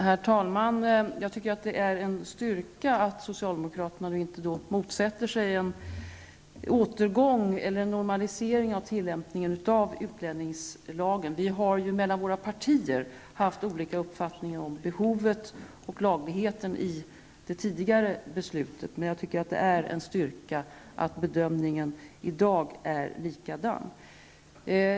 Herr talman! Jag tycker att det är en styrka att socialdemokraterna inte motsätter sig en normalisering beträffande tillämpningen av utlänningslagen. Partierna har ju haft olika uppfattning om behovet och lagligheten i det tidigare beslutet. Jag tycker, som sagt, att det är en styrka att vi i dag gör samma bedömning.